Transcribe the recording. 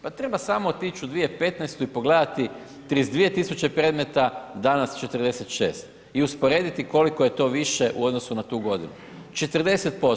Pa treba samo otić u 2015.-tu i pogledati 32 000 predmeta, danas 46 i usporediti koliko je to više u odnosu na tu godinu, 40%